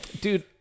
Dude